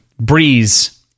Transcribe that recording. Breeze